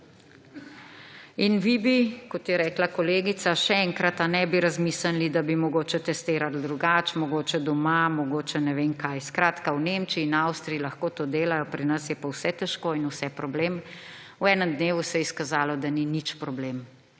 In vi bi, kot je rekla kolegica, še enkrat, razmislili, da bi mogoče testirali drugače, mogoče doma, mogoče ne vem kaj. V Nemčiji in Avstriji lahko to delajo, pri nas je pa vse težko in vse problem. V enem dnevu se je izkazalo, da ni nič problem,